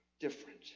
different